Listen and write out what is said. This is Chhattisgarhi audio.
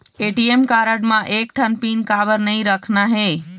ए.टी.एम कारड म एक ठन पिन काबर नई रखना हे?